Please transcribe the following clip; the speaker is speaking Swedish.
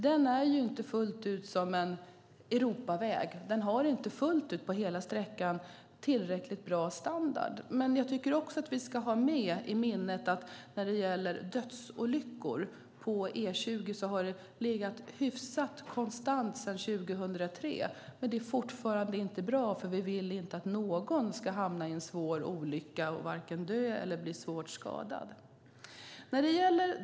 Den är inte fullt ut en Europaväg. Den har inte tillräckligt bra standard fullt ut på hela sträckan. Jag tycker att vi ska ha i minnet att antalet dödsolyckor på E20 har legat hyfsat konstant sedan 2003. Men det är fortfarande inte bra, för vi vill inte att någon ska hamna i en svår olycka och vare sig dö eller bli svårt skadad.